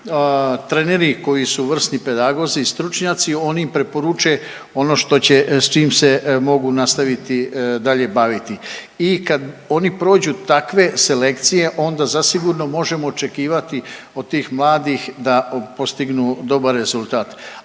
treneri koji su vrsni pedagozi i stručnjaci oni im preporuče ono što će, s čim se mogu nastaviti dalje baviti i kad oni prođu takve selekcije, onda zasigurno možemo očekivati od tih mladih da postignu dobar rezultat,